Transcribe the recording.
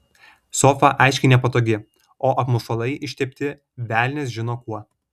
sofa aiškiai nepatogi o apmušalai ištepti velnias žino kuo